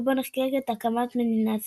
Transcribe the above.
ובו נחגגת הקמת מדינת ישראל.